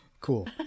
Cool